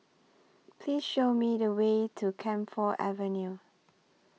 Please Show Me The Way to Camphor Avenue